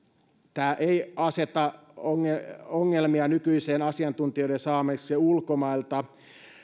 tämä ei aseta ongelmia ongelmia nykyisin asiantuntijoiden saamiseksi ulkomailta